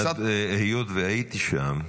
היות שהייתי שם,